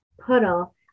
puddle